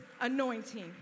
anointing